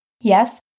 Yes